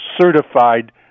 certified